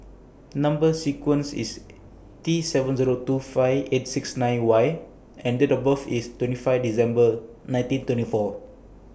Number sequence IS T seven Zero two five eight six nine Y and Date of birth IS twenty five December nineteen twenty four